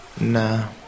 Nah